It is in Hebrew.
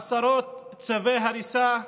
עשרות צווי הריסה,